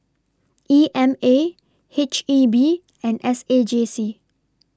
E M A H E B and S A J C